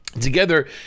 Together